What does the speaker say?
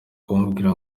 kumbwira